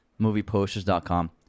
movieposters.com